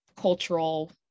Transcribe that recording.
cultural